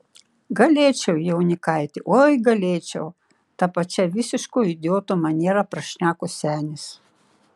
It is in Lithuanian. galėčiau jaunikaiti oi galėčiau ta pačia visiško idioto maniera prašneko senis